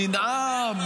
ננאם?